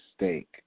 mistake